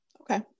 okay